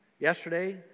Yesterday